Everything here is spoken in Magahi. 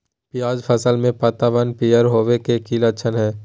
प्याज फसल में पतबन पियर होवे के की लक्षण हय?